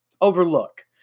overlook